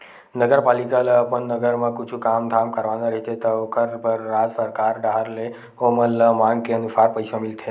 नगरपालिका ल अपन नगर म कुछु काम धाम करवाना रहिथे त ओखर बर राज सरकार डाहर ले ओमन ल मांग के अनुसार पइसा मिलथे